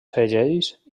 segells